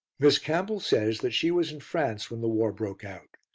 miss campbell says that she was in france when the war broke out.